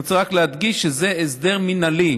אני רוצה רק להדגיש שזה הסדר מינהלי